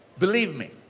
believe me.